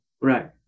Right